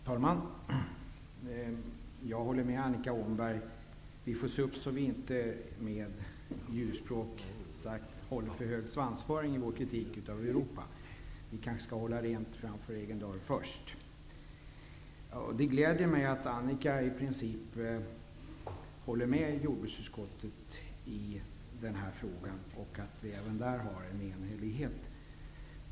Herr talman! Jag håller med Annika Åhnberg. Vi får se upp så att vi inte, med djurspråk sagt, håller för hög svansföring i vår kritik av Europa. Vi kanske först skall hålla rent framför egen dörr. Det gläder mig att Annika Åhnberg i princip håller med jordbruksutskottet i den här frågan och att vi även där har en enhällighet.